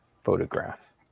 photograph